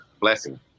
Blessing